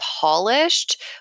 polished